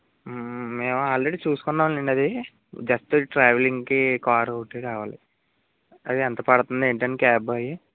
మేము ఆల్రెడీ చూసుకున్నాంలేండి అది జస్ట్ ట్రావెలింగ్ కి కారు ఒకటి కావాలి అదే ఎంత పడుతుంది ఇది ఏంటని క్యాబ్ అయి